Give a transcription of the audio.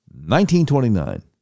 1929